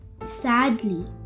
sadly